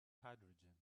hydrogen